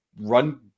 run